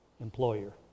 employer